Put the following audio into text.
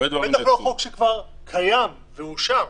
בטח לא חוק שכבר קיים ואושר.